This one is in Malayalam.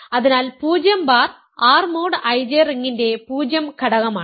അതിനാൽ 0 ബാർ R മോഡ് IJ റിംഗിന്റെ 0 ഘടകമാണ്